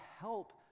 help